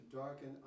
darken